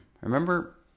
Remember